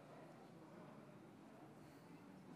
בעד,